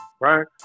Right